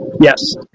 Yes